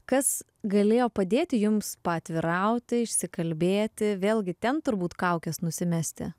kas galėjo padėti jums paatvirauti išsikalbėti vėlgi ten turbūt kaukes nusimesti